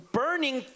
burning